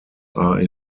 are